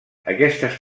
aquestes